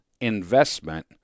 investment